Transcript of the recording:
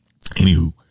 anywho